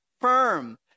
firm